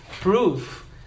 proof